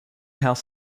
house